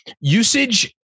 Usage